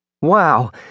Wow